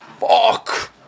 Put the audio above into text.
Fuck